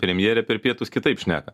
premjerė per pietus kitaip šneka